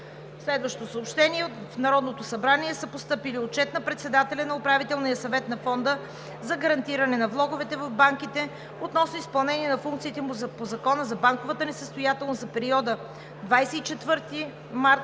Народното събрание. В Народното събрание са постъпили Отчет на председателя на Управителния съвет на Фонда за гарантиране на влоговете в банките (ФГВБ) относно изпълнение на функциите му по Закона за банковата несъстоятелност за периода 24 март